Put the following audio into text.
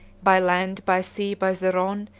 by land, by sea, by the rhone,